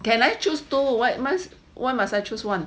can I choose two why must why must I choose one